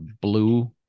blue